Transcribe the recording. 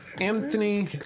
Anthony